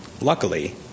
Luckily